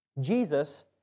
Jesus